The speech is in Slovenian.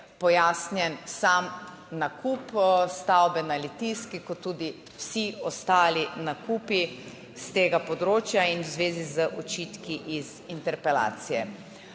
pojasnjen sam nakup stavbe na Litijski, kot tudi vsi ostali nakupi s tega področja. In v zvezi z očitki iz interpelacije.